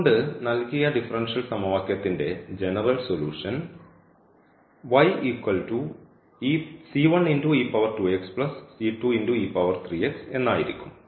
അതുകൊണ്ട് നൽകിയ ഡിഫറൻഷ്യൽ സമവാക്യത്തിന്റെ ജനറൽ സൊല്യൂഷൻ എന്നായിരിക്കും